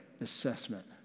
assessment